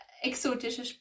exotische